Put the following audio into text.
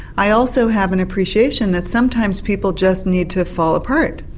i also have an appreciation that sometimes people just need to fall apart,